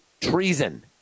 treason